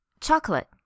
Chocolate